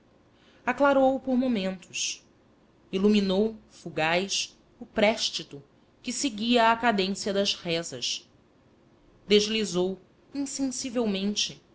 aclarou o por momentos iluminou fugaz o préstito que seguia à cadência das rezas delizou insensivelmente